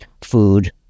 food